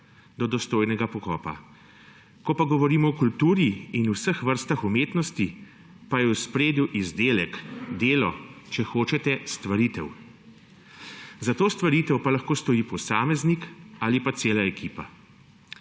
do dostojnega pokopa. Ko pa govorimo o kulturi in vseh vrstah umetnosti, pa je v ospredju izdelek, delo, če hočete, stvaritev. Za to stvaritev pa lahko stoji posameznik ali pa cela ekipa.